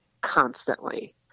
constantly